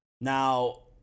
Now